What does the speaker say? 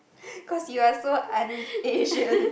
cause you are so un-Asian